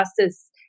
justice